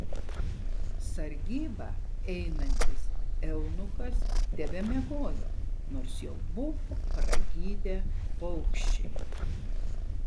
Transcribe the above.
sargybą einantis eunuchas tebemiegojo nors jau buvo pragydę paukščiai